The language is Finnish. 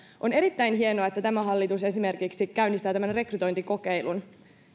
on erittäin hienoa että tämä hallitus esimerkiksi käynnistää tämmöisen rekrytointikokeilun